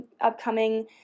upcoming